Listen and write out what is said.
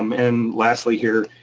um and lastly here,